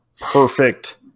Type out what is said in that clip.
perfect